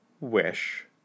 wish